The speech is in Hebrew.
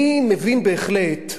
אני מבין בהחלט,